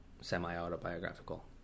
semi-autobiographical